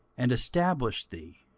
and established thee?